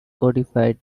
codified